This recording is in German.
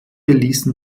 ließen